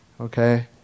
Okay